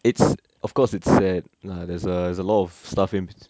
it's of course it's sad lah there's a there's a lot of stuff in